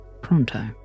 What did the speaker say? pronto